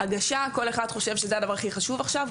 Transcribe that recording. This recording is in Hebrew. הגשה כל אחד חושב שזה הדבר הכי חשוב עכשיו,